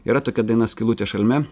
yra tokia daina skylutė šalme